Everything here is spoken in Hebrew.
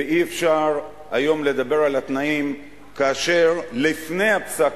ואי-אפשר היום לדבר על התנאים כאשר לפני הפסק